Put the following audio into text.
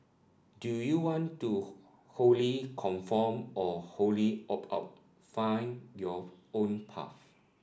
do you want to wholly conform or wholly opt out find your own path